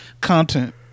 Content